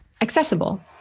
accessible